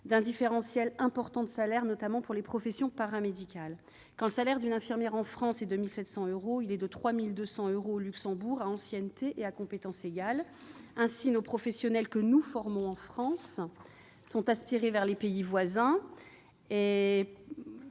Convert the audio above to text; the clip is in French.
notamment en ce qui concerne les professions paramédicales. Quand le salaire d'une infirmière est en France de 1 700 euros, il est de 3 200 euros au Luxembourg, à ancienneté et à compétence égales. Ainsi, les professionnels que nous formons en France sont aspirés par les pays voisins.